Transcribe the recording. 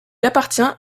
appartient